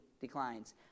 declines